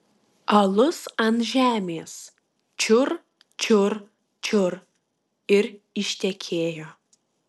alus ant žemės čiur čiur čiur ir ištekėjo